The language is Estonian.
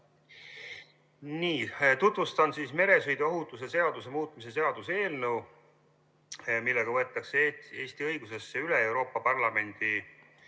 Tutvustan meresõiduohutuse seaduse muutmise seaduse eelnõu, millega võetakse Eesti õigusesse üle Euroopa Parlamendi